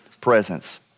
presence